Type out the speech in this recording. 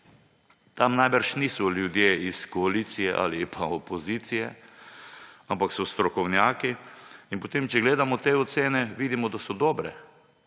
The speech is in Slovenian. tam najbrž niso ljudje iz koalicije ali pa opozicije, ampak so strokovnjaki, če gledamo te ocene, vidimo, da so dobre,